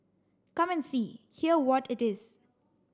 come and see hear what it is